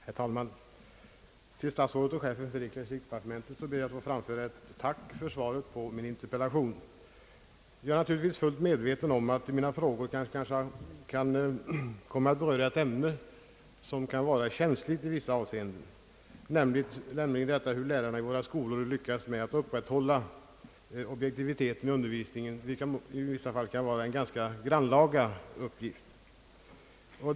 Herr talman! Jag ber att till statsrådet och chefen för ecklesiastikdepartementet få framföra ett tack för svaret på min interpellation. Jag är naturligtvis fullt medveten om att mina frågor kanske kan beröra ett ämne som i vissa avseenden kan vara känsligt, nämligen hur lärarna i våra skolor lyckats med att upprätthålla objektiviteten i undervisningen. Detta kan i vissa fall vara en ganska grannlaga uppgift.